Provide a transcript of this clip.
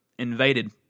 invaded